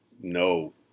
no